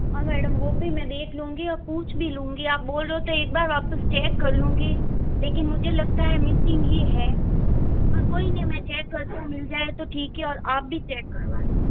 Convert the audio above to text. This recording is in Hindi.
हाँ मैडम वो भी मैं देख लूंगी और पूछ भी लूंगी आप बोल रहे हो तो एक बार वापस चेक कर लूंगी लेकिन मुझे लगता है मिसिंग ही है पर कोई नहीं मैं चेक करती हूँ मिल जाये तो ठीक है और आप भी चेक करवा लें